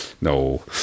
no